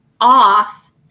off